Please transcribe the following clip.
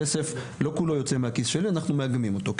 הכסף לא כולו יוצא מהכיס שלי, אנחנו מאגמים אותו.